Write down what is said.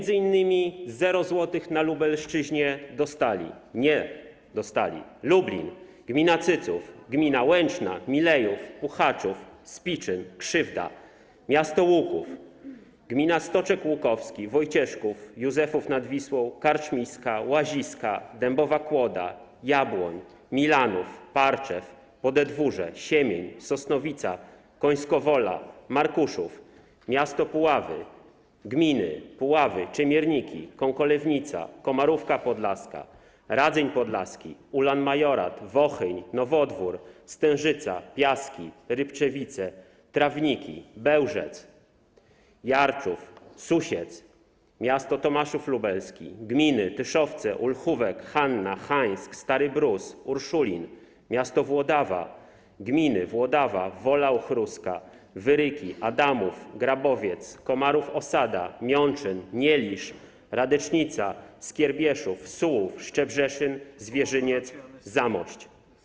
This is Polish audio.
0 zł na Lubelszczyźnie dostały m.in.: Lublin, gmina Cyców, gmina Łęczna, Milejów, Puchaczów, Spiczyn, Krzywda, miasto Łuków, gmina Stoczek Łukowski, Wojcieszków, Józefów nad Wisłą, Karczmiska, Łaziska, Dębowa Kłoda, Jabłoń, Milanów, Parczew, Podedwórze, Siemień, Sosnowica, Końskowola, Markuszów, miasto Puławy, gmina Puławy, Czemierniki, Kąkolewnica, Komarówka Podlaska, Radzyń Podlaski, Ulan-Majorat, Wohyń, Nowodwór, Stężyca, Piaski, Rybczewice, Trawniki, Bełżec, Jarczów, Susiec, miasto Tomaszów Lubelski, gminy Tyszowce, Orchówek, Hanna, Hańsk, Stary Brus, Urszulin, miasto Włodawa, gminy Włodawa, Wola Uhruska, Wyryki, Adamów, Grabowiec, Komarów-Osada, Miączyn, Nielisz, Radecznica, Skierbieszów, Sułów, Szczebrzeszyn, Zwierzyniec, Zamość.